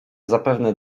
zapewne